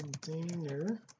container